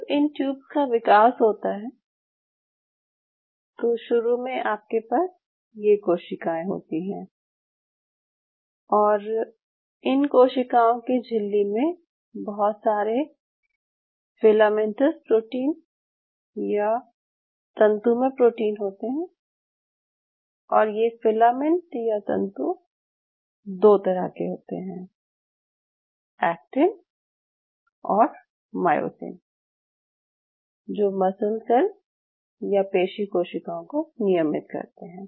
जब इन ट्यूब्स का विकास होता है तो शुरू में आपके पास ये कोशिकाएं होती हैं और इन कोशिकाओं की झिल्ली में बहुत सारे फिलामेनटस प्रोटीन या तंतुमय प्रोटीन होते हैं और ये फिलामेंट या तंतु दो तरह के होते हैं एक्टीन और मायोसिन जो मसल सेल या पेशी कोशिकाओं को नियमित करती हैं